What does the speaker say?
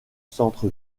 centre